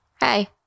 hey